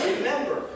Remember